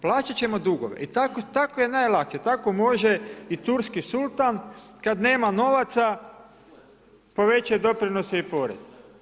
Plaćati ćemo dugove i tako je najlakše, tako može i turski sultan kada nema novaca povećati doprinose i poreze.